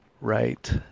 right